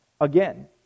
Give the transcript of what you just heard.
again